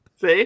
See